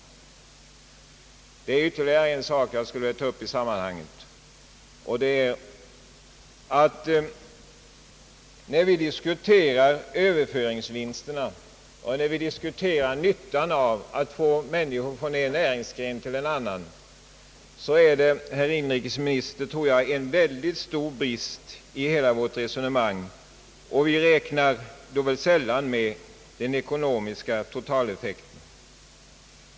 När vi diskuterar överföringsvinsterna och när vi diskuterar nyttan av att föra över människor från en näringsgren till en annan är det, herr inrikesminister, en mycket stor brist i vårt resonemang att vi sällan räknar med den ekonomiska totaleffekten.